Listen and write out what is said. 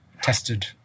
tested